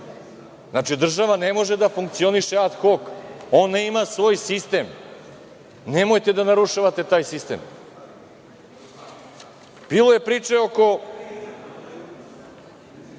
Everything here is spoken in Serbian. Znači, država ne može da funkcioniše ad hok. Ona ima svoj sistem, nemojte da narušavate taj sistem. Bilo je priče i oko